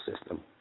system